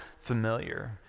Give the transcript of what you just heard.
familiar